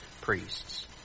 priests